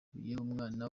umwana